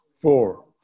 four